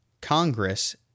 Congress